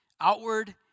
Outward